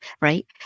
right